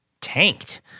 tanked